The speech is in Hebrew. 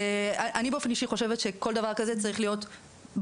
אני באופן אישי חושבת שכל דבר כזה צריך להיות בדוחות,